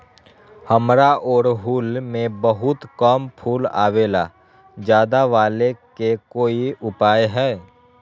हमारा ओरहुल में बहुत कम फूल आवेला ज्यादा वाले के कोइ उपाय हैं?